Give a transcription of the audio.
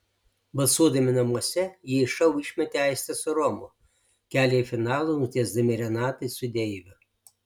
balsuodami namuose jie iš šou išmetė aistę su romu kelią į finalą nutiesdami renatai su deiviu